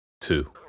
Two